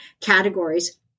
categories